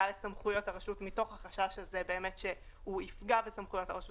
לסמכויות הרשות מתוך החשש שהוא יפגע בסמכויות הרשות